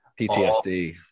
PTSD